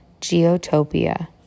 Geotopia